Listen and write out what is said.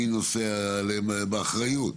מי נושא באחריות עליהם,